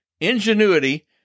ingenuity